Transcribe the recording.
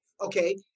Okay